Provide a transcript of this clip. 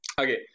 okay